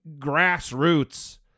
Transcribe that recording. grassroots